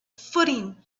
footing